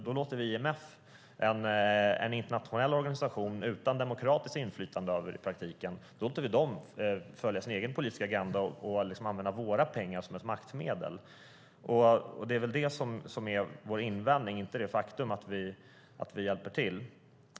Då låter vi IMF, en internationell organisation utan demokratiskt inflytande, följa sin egen politiska agenda och använda våra pengar som ett maktmedel. Det är det som är vår invändning, inte det faktum att vi hjälper till.